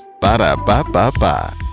Ba-da-ba-ba-ba